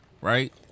Right